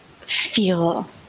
feel